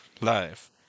Live